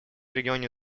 регионе